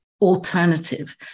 alternative